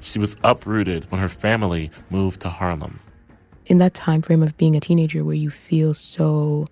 she was uprooted when her family moved to harlem in that time frame of being a teenager where you feel so